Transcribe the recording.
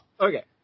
Okay